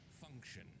function